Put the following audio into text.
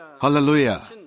Hallelujah